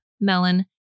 melon